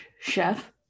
chef